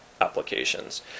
applications